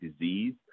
disease